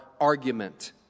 argument